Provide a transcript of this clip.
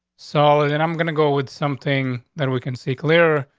so then i'm gonna go with something that we can see clear.